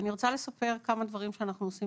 אני רוצה לספר על כמה דברים שאנחנו עושים